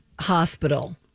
hospital